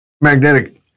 magnetic